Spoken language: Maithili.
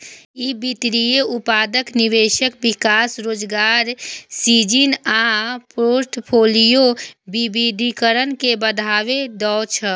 ई वित्तीय उत्पादक निवेश, विकास, रोजगार सृजन आ फोर्टफोलियो विविधीकरण के बढ़ावा दै छै